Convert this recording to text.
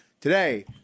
Today